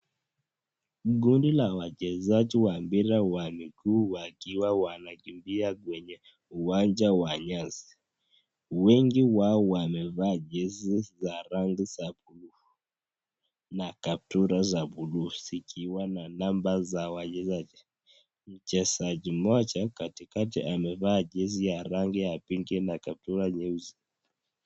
Ni kundi la wachezaji wa mpira wa miguu wakiwa wanakimbia kwenye uwanja wa nyasi. Wengi wao wamevaa jezi za rangi za buluu na kaptura za buluu zikiwa na namba. Mchezaji mmoja katikati amevaa jezi ya rangi ya pinki na kaptura nyeusi.